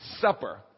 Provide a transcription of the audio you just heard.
Supper